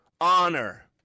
honor